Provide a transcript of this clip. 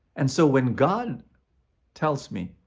and so, when god tells me,